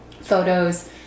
photos